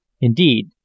Indeed